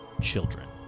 children